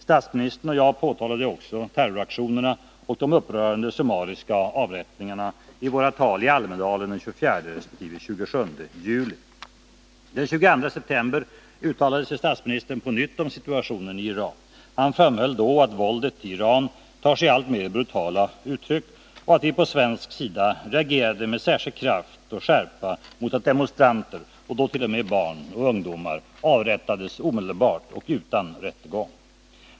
Statsministern och jag påtalade också terroraktionerna och de upprörande summariska avrättningarna i våra tal i Almedalen den 24 resp. 27 juli. Den 22 september uttalade sig statsministern på nytt om situationen i Iran. Han framhöll då att våldet i Iran tar sig alltmer brutala uttryck och att vi på svensk sida reagerade med särskild kraft och skärpa mot att demonstranter — och då t.o.m. barn och ungdomar — avrättades omedelbart utan rättegång.